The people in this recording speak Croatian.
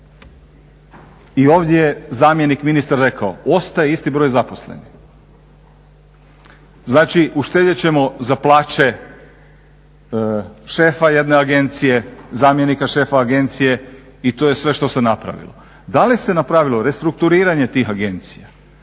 i ovdje je zamjenik ministra rekao ostaje isti broj zaposlenih. Znači uštedjet ćemo za plaće šefa jedne agencije, zamjenika šefa agencije i to je sve što se napravilo. Da li se napravilo restrukturiranje tih agencija?